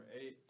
eight